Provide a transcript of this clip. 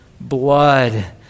blood